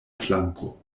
flanko